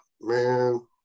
man